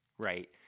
Right